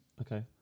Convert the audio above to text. Okay